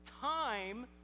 time